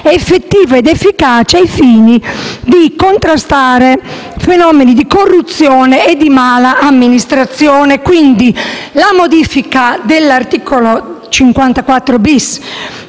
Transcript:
effettiva ed efficace ai fini di contrastare fenomeni di corruzione e di mala amministrazione. Pertanto, la modifica dell'articolo 54-*bis*,